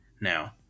Now